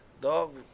dog